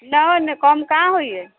नहि नहि कम कहाँ होइए